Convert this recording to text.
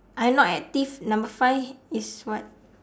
I not active number five is what